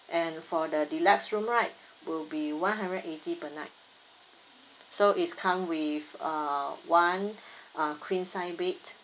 and for the deluxe room right will be one hundred eighty per night so is come with uh one uh queen size bed